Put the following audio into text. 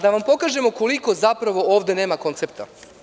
Da vam pokažemo koliko zapravo ovde nema koncepta.